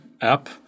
app